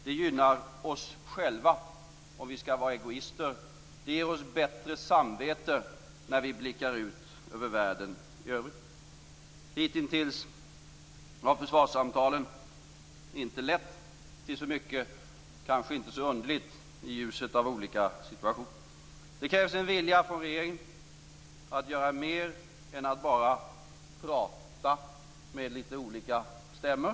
Det gynnar oss själva om vi skall vara egoister. Det ger oss bättre samvete när vi blickar ut över världen i övrigt. Hitintills har försvarssamtalen inte lett till så mycket. Det kanske inte är så underligt i ljuset av olika situationer. Det krävs en vilja från regeringen att göra mer än att bara prata med lite olika stämmor.